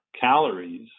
calories